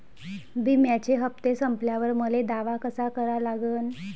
बिम्याचे हप्ते संपल्यावर मले दावा कसा करा लागन?